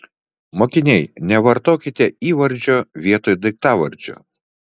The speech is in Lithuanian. mokiniai nevartokite įvardžio vietoj daiktavardžio